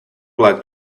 black